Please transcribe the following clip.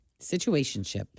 Situationship